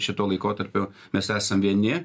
šituo laikotarpiu mes esam vieni